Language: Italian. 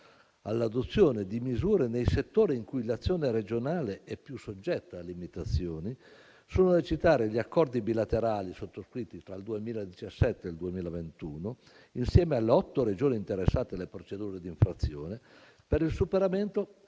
all'adozione di misure nei settori in cui l'azione regionale è più soggetta a limitazioni, sono da citare gli accordi bilaterali, sottoscritti tra il 2017 ed il 2021 insieme alle otto Regioni interessate dalle procedure d'infrazione per il superamento